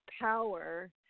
power